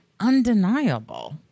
undeniable